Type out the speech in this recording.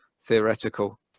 theoretical